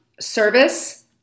service